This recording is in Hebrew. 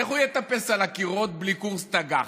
איך הוא יטפס על הקירות בלי קורס טג"ח?